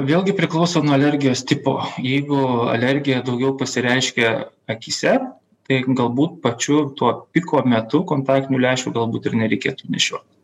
vėlgi priklauso nuo alergijos tipo jeigu alergija daugiau pasireiškia akyse tai galbūt pačiu tuo piko metu kontaktinių lęšių galbūt ir nereikėtų nešiot